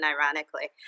ironically